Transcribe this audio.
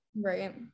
Right